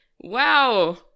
Wow